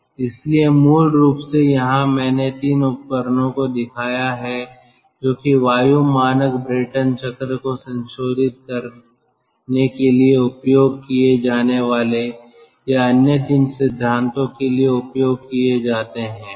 इसलिए मूल रूप से यहां मैंने तीन उपकरणों को दिखाया है जो कि वायु मानक ब्रेटन चक्र को संशोधित करने के लिए उपयोग किए जाने वाले या अन्य तीन सिद्धांतों के लिए उपयोग किए जाते हैं